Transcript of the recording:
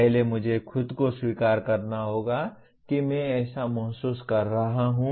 पहले मुझे खुद को स्वीकार करना होगा कि मैं ऐसा महसूस कर रहा हूं